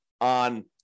on